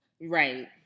Right